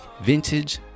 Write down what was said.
vintage